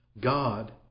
God